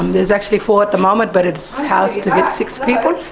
and is actually four at the moment, but it's housed to get six people.